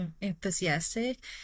enthusiastic